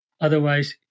Otherwise